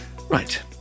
Right